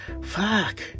fuck